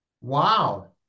Wow